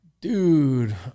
dude